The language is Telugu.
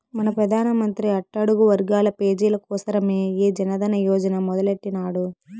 మన పెదానమంత్రి అట్టడుగు వర్గాల పేజీల కోసరమే ఈ జనదన యోజన మొదలెట్టిన్నాడు